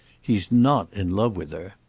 he's not in love with her.